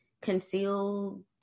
concealed